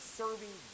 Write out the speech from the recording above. serving